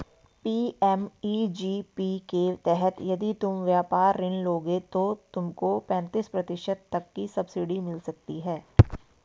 PMEGP के तहत यदि तुम व्यापार ऋण लोगे तो तुमको पैंतीस प्रतिशत तक की सब्सिडी मिल सकती है